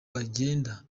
bagenda